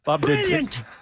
Brilliant